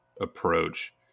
approach